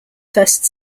first